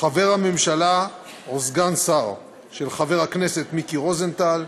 חבר הממשלה או סגן שר), של חבר הכנסת מיקי רוזנטל,